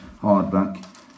hardback